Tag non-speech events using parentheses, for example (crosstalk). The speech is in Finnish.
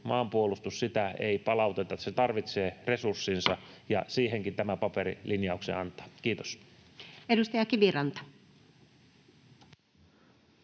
maanpuolustusta ei palauteta. Se tarvitsee resurssinsa, (noise) ja siihenkin tämä paperi linjauksen antaa. — Kiitos. Edustaja Kiviranta.